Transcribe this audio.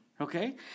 Okay